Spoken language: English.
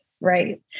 Right